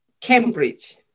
Cambridge